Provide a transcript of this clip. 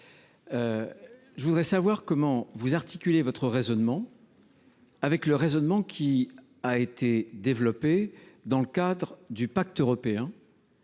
je souhaiterais savoir comment vous articulez votre raisonnement avec celui qui a été développé dans le cadre du pacte européen